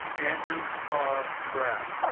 andrew our breath